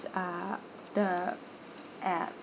ah the um